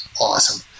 awesome